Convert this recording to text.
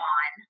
on